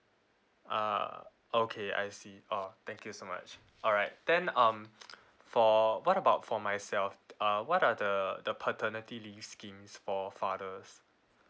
ah okay I see orh thank you so much alright then um for what about for myself uh what are the the paternity leave schemes for fathers